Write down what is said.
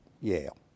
Yale